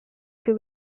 più